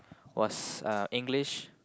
was uh English